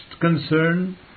concern